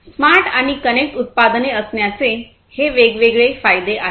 smart आणि connect उत्पादने असण्याचे हे वेगवेगळे फायदे आहेत